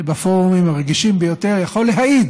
בפורומים הרגישים ביותר, יכול להעיד